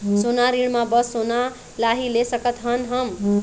सोना ऋण मा बस सोना ला ही ले सकत हन हम?